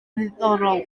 ddiddorol